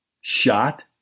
shot